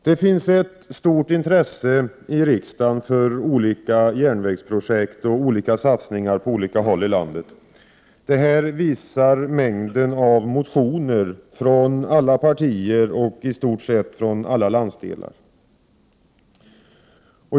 Det finns ett stort intresse i riksdagen för olika järnvägsprojekt och för satsningar på olika håll i landet. Det visar mängden av motioner från alla partier och i stort sett från alla landsdelar.